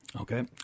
Okay